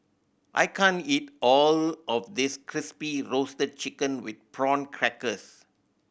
I can't eat all of this Crispy Roasted Chicken with Prawn Crackers